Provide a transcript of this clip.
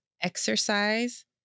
exercise